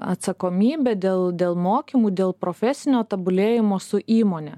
atsakomybe dėl dėl mokymų dėl profesinio tobulėjimo su įmone